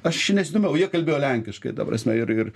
aš nesidomėjau jie kalbėjo lenkiškai ta prasme ir ir